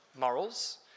morals